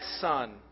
son